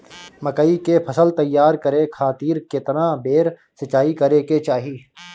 मकई के फसल तैयार करे खातीर केतना बेर सिचाई करे के चाही?